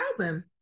album